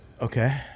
okay